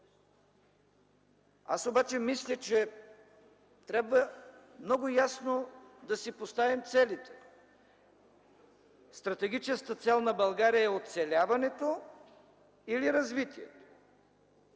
Аз обаче мисля, че трябва много ясно да си поставим целите. Стратегическата цел на България е оцеляването или развитието?!